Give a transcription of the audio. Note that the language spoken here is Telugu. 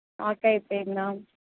స్టాక్ అయిపోయిందా